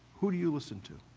who do you listen to?